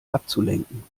abzulenken